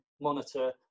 monitor